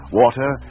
water